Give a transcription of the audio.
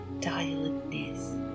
tiredness